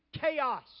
chaos